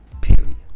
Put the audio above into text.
Period